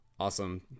Awesome